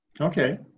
okay